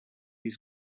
his